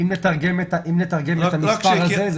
אם נתרגם את המספר הזה,